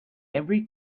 every